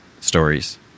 stories